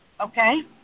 Okay